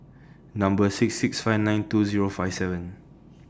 Number six six five nine two Zero five seven